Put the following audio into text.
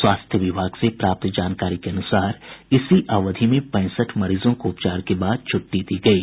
स्वास्थ्य विभाग से प्राप्त जानकारी के अनुसार इसी अवधि में पैंसठ मरीजों को उपचार के बाद छुट्टी दी गयी